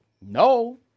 No